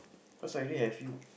cause I already have you